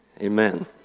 Amen